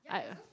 I